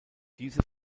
diese